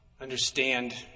understand